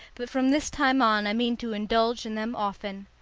but from this time on i mean to indulge in them often.